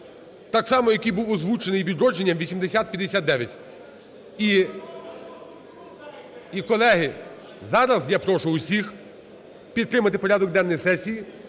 так само як і був озвучений "Відродженням" – 8059. І, колеги, зараз я прошу усіх підтримати порядок денний сесії.